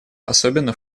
особенно